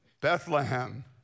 Bethlehem